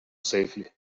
safely